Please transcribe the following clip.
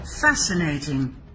Fascinating